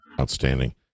Outstanding